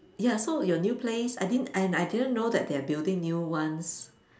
ya so your new place I did~ and I didn't know that they're building new ones